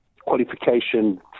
qualification